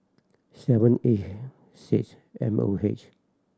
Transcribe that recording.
seven eight six M O H